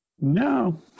No